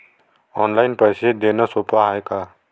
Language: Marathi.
ऑनलाईन पैसे देण सोप हाय का?